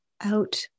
out